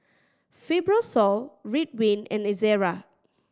Fibrosol Ridwind and Ezerra